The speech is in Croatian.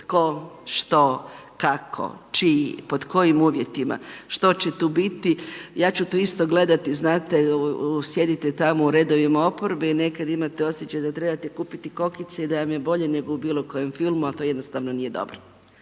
tko, što, kako, čiji, pod kojim uvjetima, što će tu biti. Ja ću tu isto gledati, znate sjedite tamo u redovima oporbe i nekad imate osjećaj da trebate kupiti kokice i da vam je bolje nego u bilo kojem filmu, a to je jednostavno nije dobro.